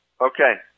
Okay